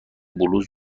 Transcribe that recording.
بلوز